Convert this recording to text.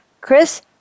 Chris